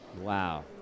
Wow